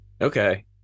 Okay